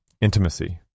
Intimacy